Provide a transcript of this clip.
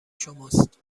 شماست